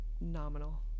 nominal